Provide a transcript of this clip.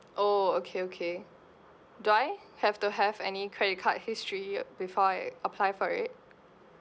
oh okay okay do I have to have any credit card history before I apply for it